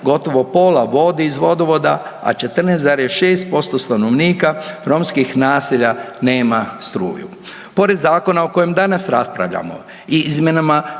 gotovo pola vodi iz vodovoda, a 14,6% stanovnika romskih naselja nema struju. Pored zakona o kojem danas raspravljamo i izmjenama